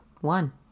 one